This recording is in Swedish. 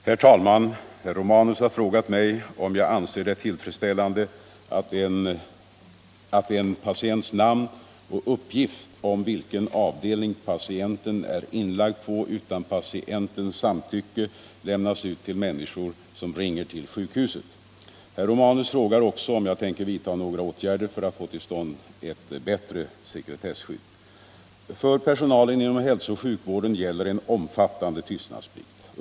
Herr talman! Herr Romanus har frågat mig om jag anser det tillfredsställande att en patients namn och uppgift om vilken avdelning patienten är inlagd på utan patientens samtycke lämnas ut till människor som ringer till sjukhuset. Herr Romanus frågar också om jag tänker vidta några åtgärder för att få till stånd ett bättre sekretesskydd. För personalen inom hälso och sjukvården gäller en omfattande tystnadsplikt.